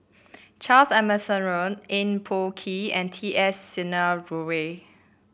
Charles Emmerson Eng Boh Kee and T S Sinnathuray